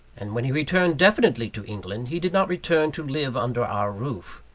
and when he returned definitely to england, he did not return to live under our roof.